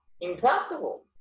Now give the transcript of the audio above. Impossible